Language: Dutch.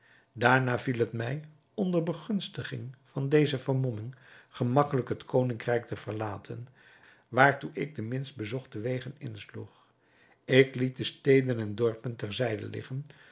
daarna viel het mij onder begunstiging van deze vermomming gemakkelijk het koningrijk te verlaten waartoe ik de minst bezochte wegen insloeg ik liet de steden en dorpen ter zijde liggen